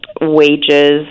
wages